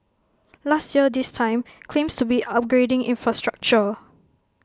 last year this time claims to be upgrading infrastructure